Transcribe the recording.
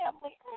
family